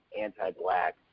anti-black